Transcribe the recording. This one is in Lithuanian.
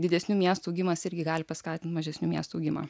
didesnių miestų augimas irgi gali paskatint mažesnių miestų augimą